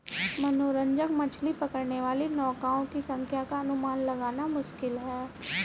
मनोरंजक मछली पकड़ने वाली नौकाओं की संख्या का अनुमान लगाना मुश्किल है